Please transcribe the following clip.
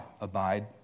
Abide